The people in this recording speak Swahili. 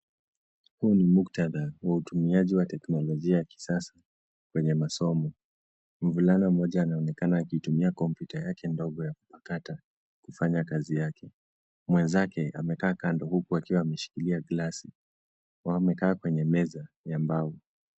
Huu ni muktadha wa utumiaji wa teknolojia ya kisasa kwenye masomo. Mvulana mmoja anaonekana akitumia kompyuta yake ndogo ya kupakata kufanya kazi yake. Mwenzake amekaa kando huku akiwa ameshikilia glasi. Wamekaa kwenye meza ya mbao.